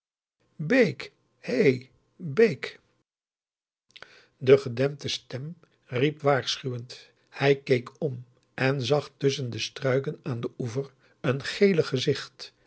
bake hé bake de gedempte stem riep waarschuwend hij keek om en zag tusschen de struiken aan den oever een gelig gezicht